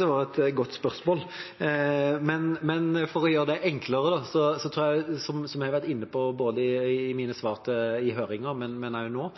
jeg var et godt spørsmål. For å gjøre det enklere tror jeg – som jeg har vært inne på både i mine svar i høringen og også nå